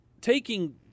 Taking